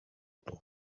του